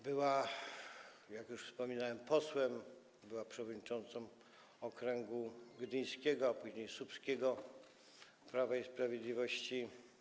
Była, jak już wspomniałem, posłem, była przewodniczącą okręgu gdyńskiego, a później słupskiego Prawa i Sprawiedliwości.